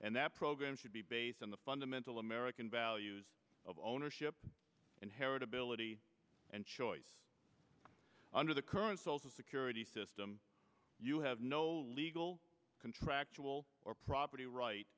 and that program should be based on the fundamental american values of ownership inheritability and choice under the current social security system you have no legal contractual or property right